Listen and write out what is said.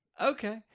okay